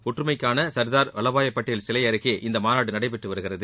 ஒற்றுமைக்கான சர்தார் வல்லபாய் பட்டேல் சிலை அருகே இந்த மாநாடு நடைபெற்றுவருகிறது